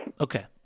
Okay